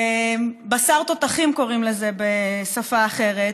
בשר תותחים קוראים לזה בשפה אחרת,